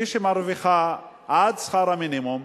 שמי שמרוויחה עד שכר המינימום,